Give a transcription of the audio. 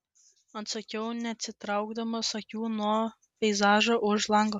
atsakiau neatitraukdamas akių nuo peizažo už lango